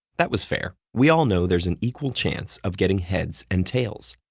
that was fair we all know there's an equal chance of getting heads and tails.